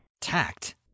Tact